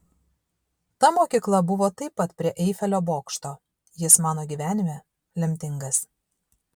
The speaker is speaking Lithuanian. ta mokykla buvo taip pat prie eifelio bokšto jis mano gyvenime lemtingas